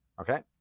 Okay